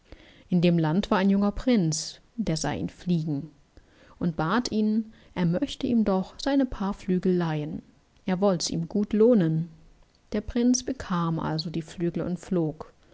in dem land war ein junger prinz der sah ihn fliegen und bat ihn er möchte ihm doch seine paar flügel leihen er wollts ihm gut lohnen der prinz bekam also die flügel und flog